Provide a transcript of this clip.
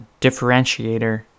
differentiator